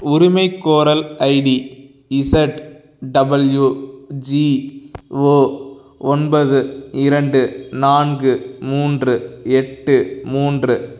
உரிமைகோரல் ID Z W G O ஒன்பது இரண்டு நான்கு மூன்று எட்டு மூன்று